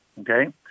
okay